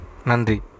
Nandri